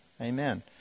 Amen